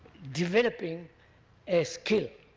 developing a skill